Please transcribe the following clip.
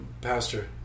pastor